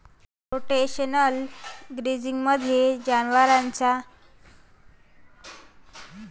rotational ग्राझिंगमध्ये, जनावरांना कुरणाच्या काही भागात हलवले जाते